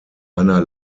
einer